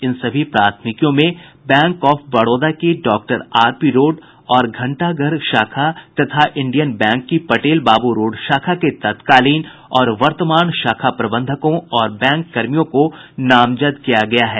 इन सभी प्राथमिकियों में बैंक ऑफ बड़ौदा की डॉक्टर आर पी रोड और घंटा घर शाखा तथा इंडियन बैंक की पटेल बाबू रोड शाखा के तत्कालीन और वर्तमान शाखा प्रबंधकों और बैंक कर्मियों को नामजद किया गया है